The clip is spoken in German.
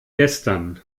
gestern